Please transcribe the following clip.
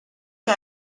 que